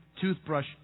toothbrush